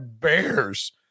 Bears